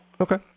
Okay